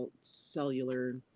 cellular